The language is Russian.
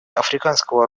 африканского